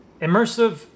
immersive